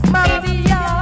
Mafia